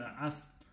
ask